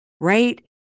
right